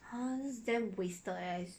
!huh! that is damn wasted eh